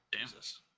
Jesus